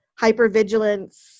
hypervigilance